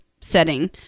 setting